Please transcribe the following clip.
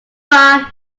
are